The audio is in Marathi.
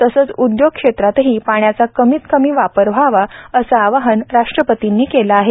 तसंच उद्योग क्षेत्रातही पाण्याचा कमीत कमी वापर व्हावा असं आवाहन राष्ट्रपतींनी केलं आहे